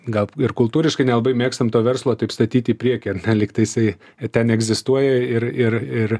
galb ir kultūriškai nelabai mėgstam to verslo taip statyt į priekį ane lygtaisai e ten neegzistuoja ir ir ir